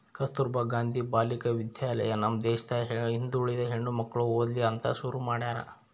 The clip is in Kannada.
ಕಸ್ತುರ್ಭ ಗಾಂಧಿ ಬಾಲಿಕ ವಿದ್ಯಾಲಯ ನಮ್ ದೇಶದ ಹಿಂದುಳಿದ ಹೆಣ್ಮಕ್ಳು ಓದ್ಲಿ ಅಂತ ಶುರು ಮಾಡ್ಯಾರ